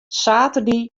saterdei